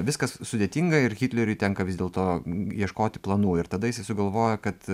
viskas sudėtinga ir hitleriui tenka vis dėlto ieškoti planų ir tada jisai sugalvojo kad